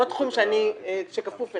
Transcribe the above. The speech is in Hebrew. לא תחום שכפוף אלי.